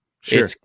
Sure